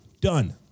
done